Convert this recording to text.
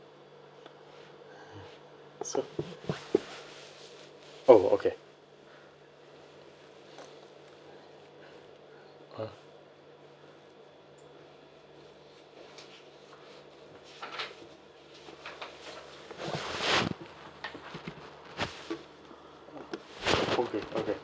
so !oh! okay okay okay